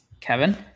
Kevin